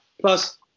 Plus